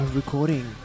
recording